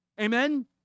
amen